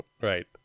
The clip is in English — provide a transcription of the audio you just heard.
right